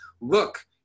look